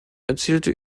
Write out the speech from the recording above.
erzielte